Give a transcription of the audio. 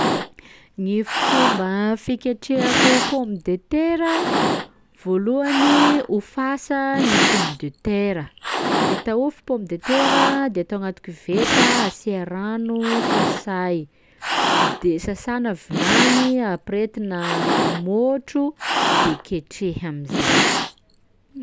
Gny fomba fiketrehako pommes de terra: voalohany hofasa gny pommes de terra, vita hofy pommes de terra de atao agnaty koveta asia rano sasay, de sasana vilagny, ampirehetina môtro de ketreha am'izay.